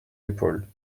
épaules